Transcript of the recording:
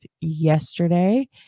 yesterday